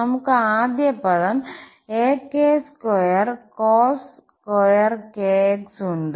നമുക് ആദ്യ പദം ak2 cos2 ഉണ്ട്